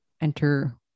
enter